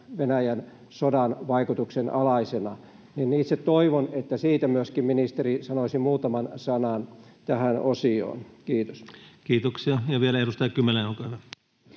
Venäjän sodan vaikutuksen alaisena. Itse toivon, että siitä myöskin ministeri sanoisi muutaman sanan tähän osioon. — Kiitos. [Speech 541] Speaker: